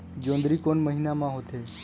जोंदरी कोन महीना म होथे?